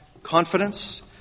Confidence